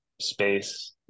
space